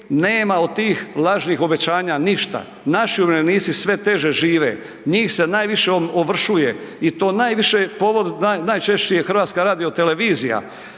nema od tih lažnih obećanja ništa. Naši umirovljenici sve teže žive. Njih se najviše ovršuje i to najviše povod, najčešće je HRT na temelju